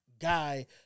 guy